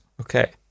Okay